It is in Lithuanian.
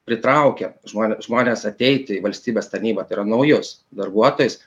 pritraukia žmone žmones ateiti į valstybės tarnybą tai yra naujus darbuotojus